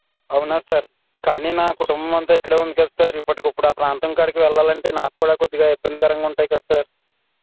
అవునా సార్ కానీ నాకుటుంబం అంతా ఇక్కడే ఉంది కదా సార్ ఇప్పటికిప్పుడు ఆ ప్రాంతంకాడికి వెళ్ళాలంటే నాకు కూడ కొద్దిగా ఇబ్బందికరంగా ఉంటాయి కదా సార్